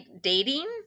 dating